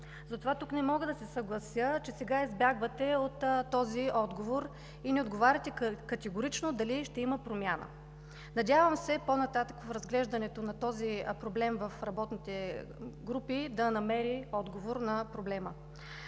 Затова тук не мога да се съглася, че сега избягвате от този отговор и не отговаряте категорично дали ще има промяна. Надявам се, по-нататък при разглеждане в работните групи, проблемът да намери отговор. След